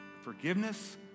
forgiveness